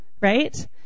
right